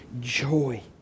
joy